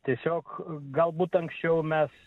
tiesiog galbūt anksčiau mes